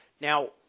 Now